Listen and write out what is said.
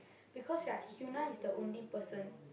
because right Hyuna is the only person